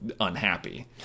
unhappy